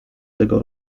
tego